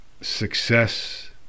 success